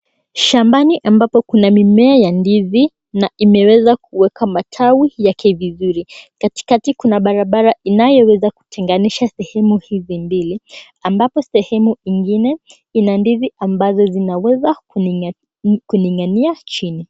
Shambani ambapo kuna mimea ya ndizi na imeweza kuweka matawi yake vizuri. Katikati kuna barabara inayoweza kutenganisha sehemu hizi mbili ambapo sehemu ingine ina ndizi ambazo zinaweza kuning'inia chini.